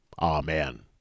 Amen